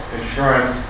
insurance